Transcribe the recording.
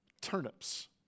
Turnips